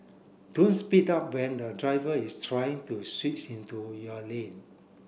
don't speed up when a driver is trying to switch into your lane